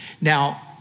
Now